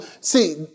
See